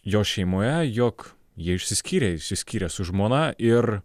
jo šeimoje jog jie išsiskyrė išsiskyrė su žmona ir